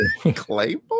Claymore